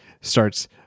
starts